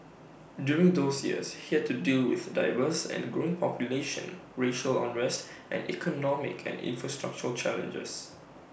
during those years he had to deal with A diverse and growing population racial unrest and economic and infrastructural challenges